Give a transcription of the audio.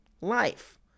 life